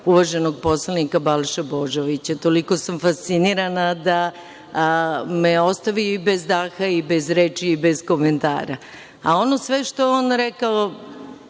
uvaženog poslanika Balše Božovića. Toliko sam fascinirana da me je ostavio i bez daha, bez reči i bez komentara. Ono sve što je on rekao,